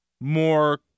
more